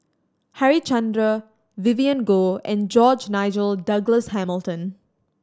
Harichandra Vivien Goh and George Nigel Douglas Hamilton